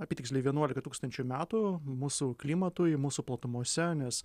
apytiksliai vienuolika tūkstančių metų mūsų klimatui mūsų platumose nes